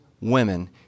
women